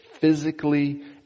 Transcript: physically